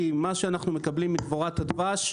כי מה שאנחנו מקבלים מדבורת הדבש,